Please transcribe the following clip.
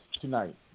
tonight